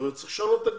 צריך לשנות את הגישה.